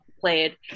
played